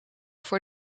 voor